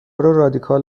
رادیکال